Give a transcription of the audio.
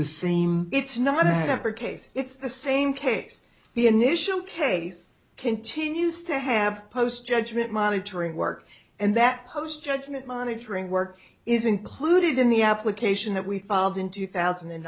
the same it's not a separate case it's the same case the initial case continues to have post judgment monitoring work and that post judgment monitoring work is included in the application that we filed in two thousand and